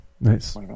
Nice